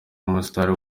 umusitari